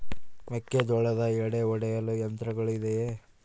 ಮೆಕ್ಕೆಜೋಳದ ಎಡೆ ಒಡೆಯಲು ಯಂತ್ರಗಳು ಇದೆಯೆ?